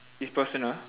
it's personal